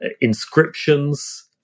inscriptions